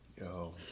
Yo